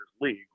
league